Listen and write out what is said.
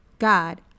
God